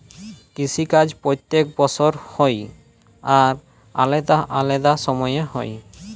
কিসি কাজ প্যত্তেক বসর হ্যয় আর আলেদা আলেদা সময়ে হ্যয়